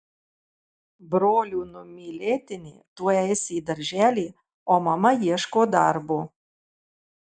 brolių numylėtinė tuoj eis į darželį o mama ieško darbo